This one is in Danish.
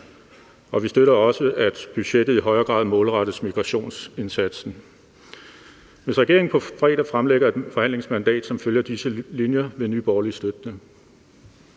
vi støtter også, at budgettet i højere grad målrettes migrationsindsatsen. Hvis regeringen på fredag fremlægger et forhandlingsmandat som følge af disse linjer, vil Nye Borgerlige støtte